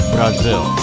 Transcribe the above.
Brazil